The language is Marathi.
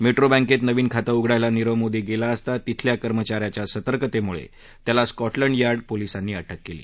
मेट्रो बँकेत नवीन खातं उघडायला नीरव मोदी गेला असता तिथल्या कर्मचा याच्या सतर्कतेमुळे त्याला स्कॉटलँड यार्ड पोलिसांनी अटक केली